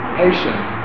patient